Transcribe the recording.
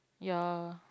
ya